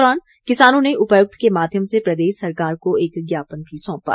बाद में किसानों ने उपायुक्त के माध्यम से प्रदेश सरकार को एक ज्ञापन भी सौंपा